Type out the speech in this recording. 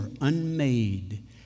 unmade